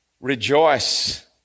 Rejoice